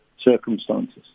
circumstances